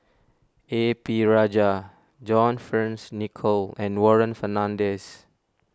A P Rajah John Fearns Nicoll and Warren Fernandez